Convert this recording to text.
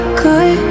good